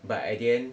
but at the end